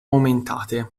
aumentate